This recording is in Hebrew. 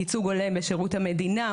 ייצוג הולם בשירות המדינה,